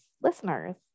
listeners